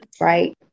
right